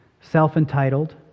self-entitled